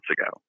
ago